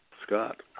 Scott